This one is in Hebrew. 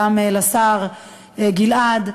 גם לשר גלעד,